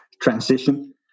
transition